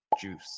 Juice